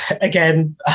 again